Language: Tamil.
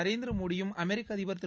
நரேந்திரமோடியும் அமெரிக்க அதிபர் திரு